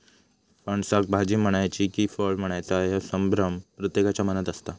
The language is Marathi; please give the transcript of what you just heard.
फणसाक भाजी म्हणायची कि फळ म्हणायचा ह्यो संभ्रम प्रत्येकाच्या मनात असता